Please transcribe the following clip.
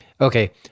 okay